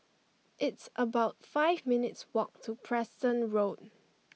it's about five minutes walk to Preston Road